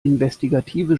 investigative